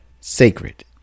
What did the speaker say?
sacred